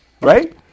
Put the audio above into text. Right